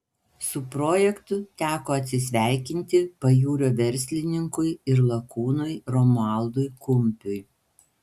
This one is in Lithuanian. su projektu teko atsisveikinti pajūrio verslininkui ir lakūnui romualdui kumpiui